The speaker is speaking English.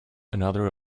another